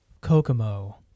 Kokomo